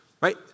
right